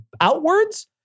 outwards